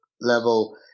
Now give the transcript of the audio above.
level